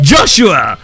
Joshua